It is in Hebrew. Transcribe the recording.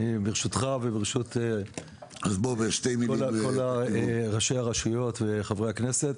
ברשותך וברשות כל ראשי הרשויות וחברי הכנסת,